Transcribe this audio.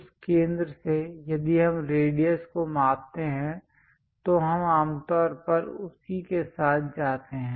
उस केंद्र से यदि हम रेडियस को मापते हैं तो हम आम तौर पर उसी के साथ जाते हैं